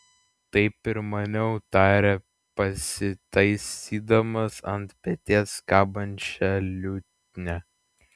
taip ir maniau tarė pasitaisydamas ant peties kabančią liutnią